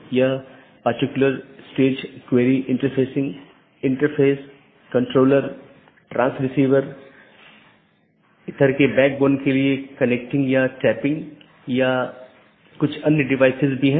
तो यह AS संख्याओं का एक सेट या अनुक्रमिक सेट है जो नेटवर्क के भीतर इस राउटिंग की अनुमति देता है